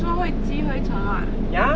你知道会积灰尘吗